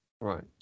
Right